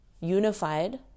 unified